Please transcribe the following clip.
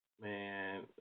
Man